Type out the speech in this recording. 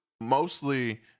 mostly